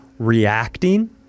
reacting